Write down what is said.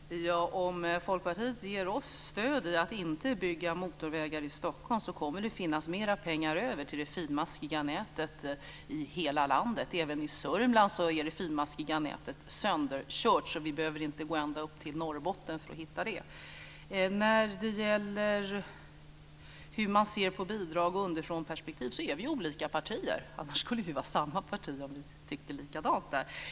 Fru talman! Om Folkpartiet ger oss stöd i att inte bygga motorvägar i Stockholm så kommer det att finnas mer pengar över till det finmaskiga nätet i hela landet. Även i Södermanland är det finmaskiga nätet sönderkört. Vi behöver inte gå ända upp till Norrbotten för att hitta det. När det gäller hur man ser på bidrag och underifrånperspektiv är vi olika partier. Om vi tyckte likadant skulle vi vara samma parti.